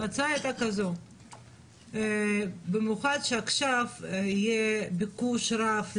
ההצעה הייתה כזו שבמיוחד שעכשיו יהיה ביקוש רב,